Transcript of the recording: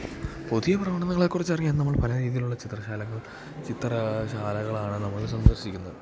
പുതിയ പ്രവണതകളെ കുറിച്ചറിയാൻ നമ്മൾ പല രീതിയിലുള്ള ചിത്രശാലകൾ ചിത്ര ശാലകളാണ് നമ്മള് സന്ദർശിക്കുന്നത്